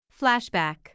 Flashback